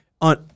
on